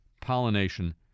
pollination